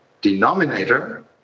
denominator